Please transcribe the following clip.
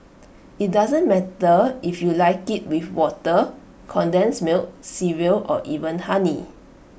IT doesn't matter if you like IT with water condensed milk cereal or even honey